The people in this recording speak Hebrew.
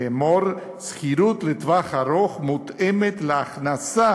לאמור, שכירות לטווח ארוך שמותאמת להכנסה